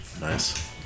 Nice